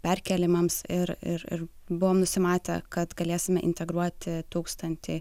perkėlimams ir ir buvom nusimatę kad galėsime integruoti tūkstantį